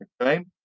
Okay